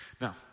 Now